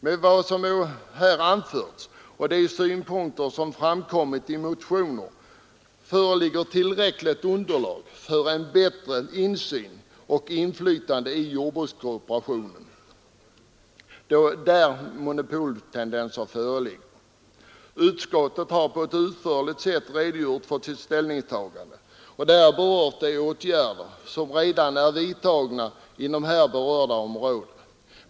Med vad som här anförts och de synpunkter som framkommit i motioner föreligger tillräckligt underlag för en bättre insyn och mera inflytande i jordbrukskooperationen då monopoltendenser föreligger. Utskottet har i betänkandet på ett utförligt sätt redogjort för sitt ställningstagande och där berört de åtgärder som redan är vidtagna inom här berörda områden.